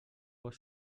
pot